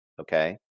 okay